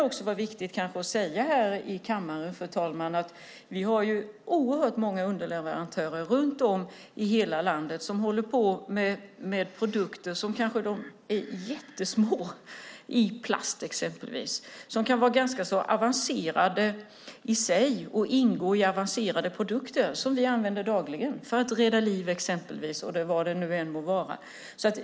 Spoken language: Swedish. Det kan vara viktigt att här i kammaren säga att vi har oerhört många underleverantörer runt om i landet som håller på med produkter till exempel i plast som kan vara små i storleken men ingår i avancerade produkter som vi använder dagligen, till exempel för att rädda liv eller vad det än må vara.